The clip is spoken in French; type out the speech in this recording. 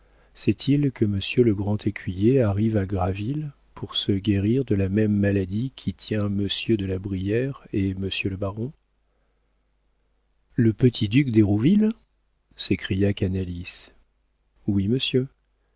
que monsieur le grand écuyer arrive à graville pour se guérir de la même maladie qui tient monsieur de la brière et monsieur le baron le petit duc d'hérouville s'écria canalis oui monsieur